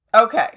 Okay